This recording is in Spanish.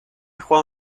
juan